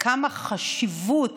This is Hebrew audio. כמה חשיבות